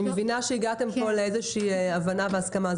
אני מבינה שהגעתם פה לאיזושהי הבנה והסכמה,